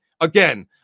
Again